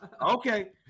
Okay